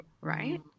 right